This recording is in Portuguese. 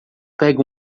pega